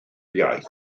iaith